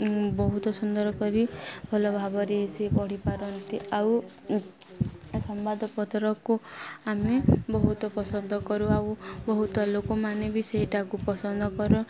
ବହୁତ ସୁନ୍ଦର କରି ଭଲ ଭାବରେ ସେ ପଢ଼ିପାରନ୍ତି ଆଉ ସମ୍ବାଦ ପତ୍ରକୁ ଆମେ ବହୁତ ପସନ୍ଦ କରୁ ଆଉ ବହୁତ ଲୋକମାନେ ବି ସେଇଟାକୁ ପସନ୍ଦ କରୁ